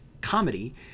comedy